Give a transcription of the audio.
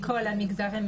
מכל המגזרים.